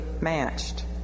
matched